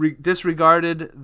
disregarded